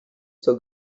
zur